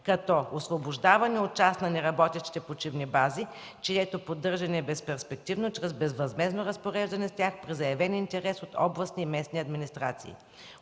като освобождаване от част на неработещите почивни бази, чието поддържане е безперспективно, чрез безвъзмездно разпореждане с тях при заявен интерес от областни и местни администрации,